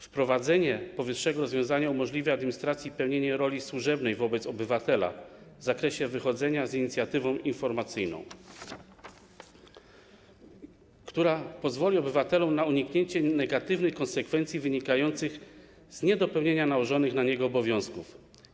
Wprowadzenie powyższego rozwiązania umożliwi administracji pełnienie roli służebnej wobec obywatela w zakresie wychodzenia z inicjatywą informacyjną, która pozwoli obywatelom na uniknięcie negatywnych konsekwencji wynikających z niedopełnienia nałożonych na niego obowiązków.